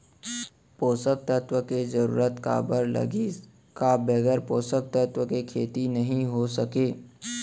पोसक तत्व के जरूरत काबर लगिस, का बगैर पोसक तत्व के खेती नही हो सके?